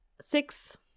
Six